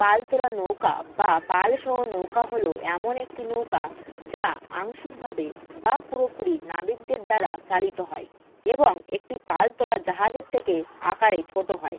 পালতোলা নৌকা বা পালসহ নৌকা হল এমন একটি নৌকা যা আংশিকভাবে বা পুরোপুরি নাবিকদের দ্বারা চালিত হয় এবং একটি পালতোলা জাহাজের থেকে আকারে ছোট হয়